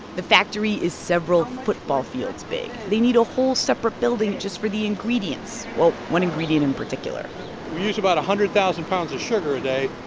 the factory is several football fields big. they need a whole separate building just for the ingredients well, one ingredient in particular we use about one hundred thousand pounds of sugar a day